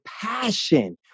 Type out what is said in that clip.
passion